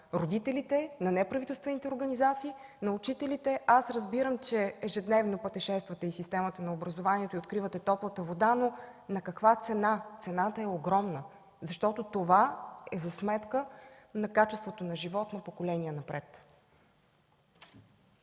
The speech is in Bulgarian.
родителите, на неправителствените организации, на учителите. Разбирам, че ежедневно пътешествате из системата на образованието и откривате топлата вода, но на каква цена? Цената е огромна, защото това е за сметка на качеството на живот на поколения напред.